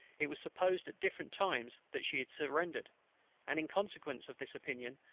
it was supposed at different times that she had surrendered and in consequence of this opinion,